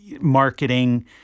marketing